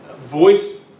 voice